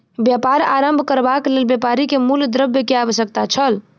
व्यापार आरम्भ करबाक लेल व्यापारी के मूल द्रव्य के आवश्यकता छल